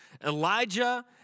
Elijah